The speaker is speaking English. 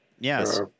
yes